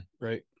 right